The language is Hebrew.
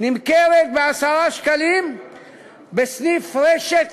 נמכרת ב-10 שקלים בסעיף רשת,